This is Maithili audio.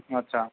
अच्छा